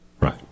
Right